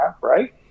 right